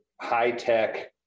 high-tech